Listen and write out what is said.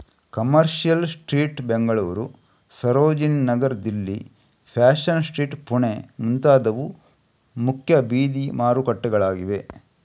commercial Street Bengaluru, Sarojini Nagar Delhi, Fashion Street Pune ಮುಂತಾದವು ಮುಖ್ಯ ಬೀದಿ ಮಾರುಕಟ್ಟೆಗಳಾಗಿವೆ